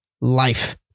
life